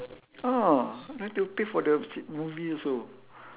ah don't have to pay for the movie also